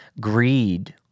Greed